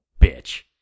bitch